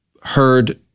heard